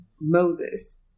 Moses